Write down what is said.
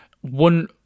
one